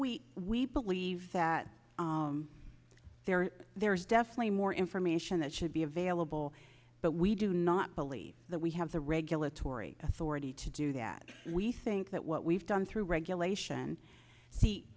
we we believe that there's definitely more information that should be available but we do not believe that we have the regulatory authority to do that we think that what we've done through regulation